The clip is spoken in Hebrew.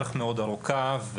ארוכה.